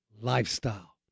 lifestyle